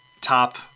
top